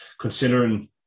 considering